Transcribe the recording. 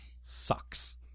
sucks